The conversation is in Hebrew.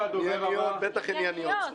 ענייניות, בטח ענייניות.